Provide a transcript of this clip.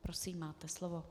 Prosím, máte slovo.